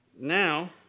Now